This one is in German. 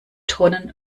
tonnen